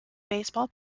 baseball